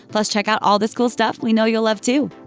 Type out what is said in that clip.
plus check out all this cool stuff we know you'll love, too!